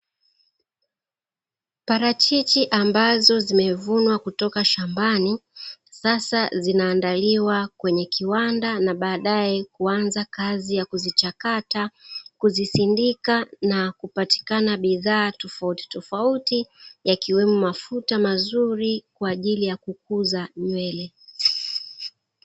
Parachichi ambazo zimevunwa kutoka shambani sasa zinaandaliwa kwenye kiwanda na baadae kuanza kazi ya kuzichakata, kuzisindika na kupatikana bidhaa tofautitofauti yakiwemo mafuta mazuri kwa ajili ya kukuza nywele.